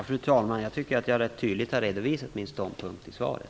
Fru talman! Jag tycker att jag ganska tydligt har redovisat min ståndpunkt i svaret.